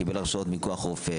וקיבל הרשאות מכוחו של רופא,